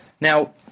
Now